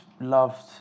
loved